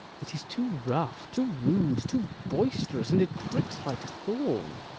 it is too rough, too rude, too boisterous and it pricks like thorn.